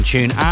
Tune